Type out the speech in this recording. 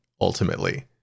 ultimately